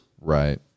Right